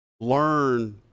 learn